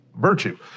virtue